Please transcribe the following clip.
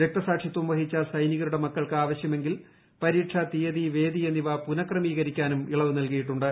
രക്തസാക്ഷിത്വം വഹിച്ചു സൈനികരുടെ മക്കൾക്ക് ആവശ്യമെങ്കിൽ പരീക്ഷാ തീയതി വേദി എന്നിവ പുരുക്കിമീകരിക്കാനും ഇളവ് നൽകിയിട്ടുണ്ട്